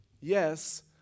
Yes